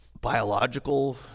biological